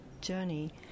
journey